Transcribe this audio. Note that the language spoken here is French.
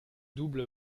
double